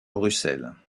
bruxelles